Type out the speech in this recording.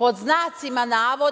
novac